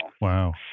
Wow